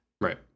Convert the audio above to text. Right